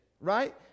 right